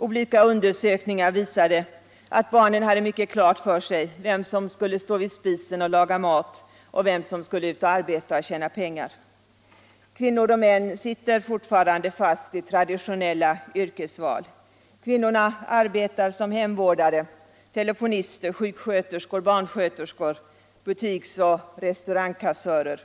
Olika undersökningar visade att barnen hade mycket klart för sig vem som skulle stå vid spisen och laga mat och vem som skulle ut och arbeta och tjäna pengar. Kvinnor och män sitter fortfarande fast i traditionella yrkesval. Kvinnorna arbetar som hemvårdare, telefonister, sjuksköterskor, barnsköterskor, butiks och restaurangkassörskor.